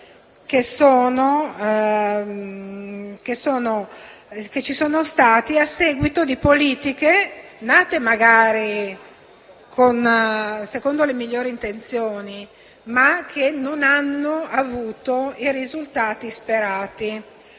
sui risultati derivanti da politiche nate magari secondo le migliori intenzioni, ma che non hanno avuto i risultati sperati.